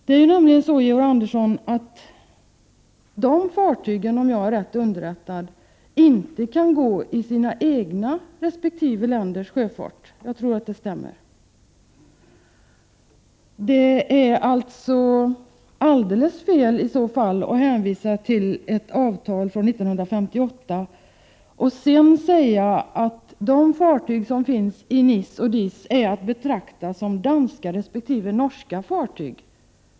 De fartygen kan ju inte gå i sina egna resp. länders sjöfart, om jag är riktigt underrättad. Jag tror att det stämmer. Det är alltså i så fall alldeles fel att hänvisa till ett avtal från 1958 och sedan säga att de fartyg som finns i DIS och NIS är att betrakta som danska resp. norska fartyg.